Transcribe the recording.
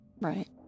Right